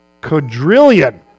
quadrillion